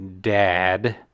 dad